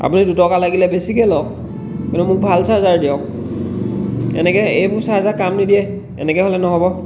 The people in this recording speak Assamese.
আপুনি দুটকা লাগিলে বেছিকৈ লওক কিন্তু মোক ভাল চাৰ্জাৰ দিয়ক এনেকৈ এইবোৰ চাৰ্জাৰ কাম নিদিয়ে এনেকৈ হ'লে নহ'ব